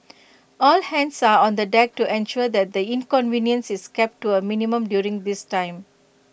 all hands are on the deck to ensure that the inconvenience is kept to A minimum during this time